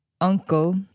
uncle